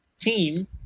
team